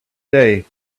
day